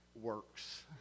works